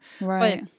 right